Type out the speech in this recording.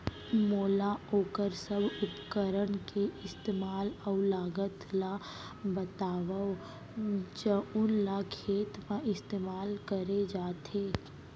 मोला वोकर सब उपकरण के इस्तेमाल अऊ लागत ल बतावव जउन ल खेत म इस्तेमाल करे जाथे?